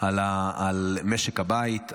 על משק הבית.